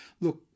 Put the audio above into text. look